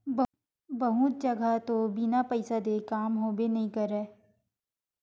बहुत जघा तो बिन पइसा देय काम होबे नइ करय